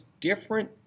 different